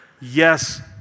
Yes